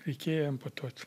reikėjo amputuot